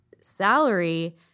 salary